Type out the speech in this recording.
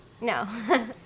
No